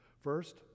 First